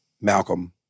Malcolm